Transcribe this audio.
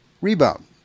rebound